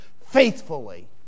faithfully